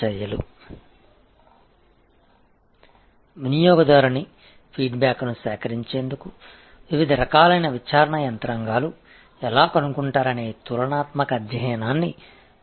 இது ஒரு சுவாரஸ்யமான விளக்கப்படம் இது ஒரு ஒப்பீட்டு ஆய்வை வழங்குகிறது இது பல்வேறு வகையான விசாரணை வழிமுறைகளை எவ்வாறு கண்டறிவது கஸ்டமர் கருத்துக்களை சேகரிப்பது